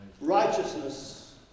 Righteousness